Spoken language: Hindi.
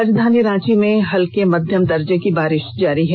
राजधानी रांची में हल्के मध्यम दर्जे की बारिश जारी है